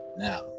Now